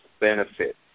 benefit